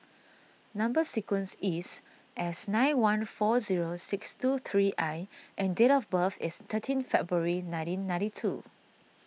Number Sequence is S nine one four zero six two three I and date of birth is thirteen February nineteen ninety two